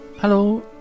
Hello